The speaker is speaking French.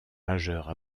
majeures